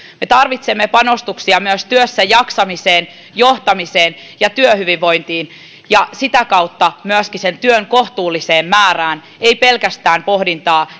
me tarvitsemme panostuksia myös työssäjaksamiseen johtamiseen ja työhyvinvointiin ja sitä kautta myöskin työn kohtuulliseen määrään emme pelkästään pohdintaa